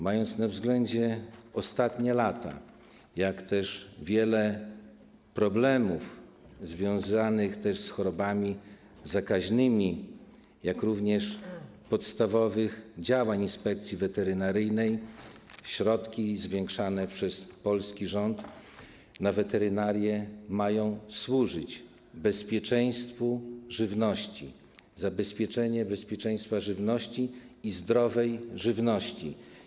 Mając na względzie ostatnie lata, jak też wiele problemów związanych z chorobami zakaźnymi, jak również podstawowe działania Inspekcji Weterynaryjnej, środki zwiększane przez polski rząd na weterynarię mają służyć bezpieczeństwu żywności, zabezpieczeniu zdrowej żywności.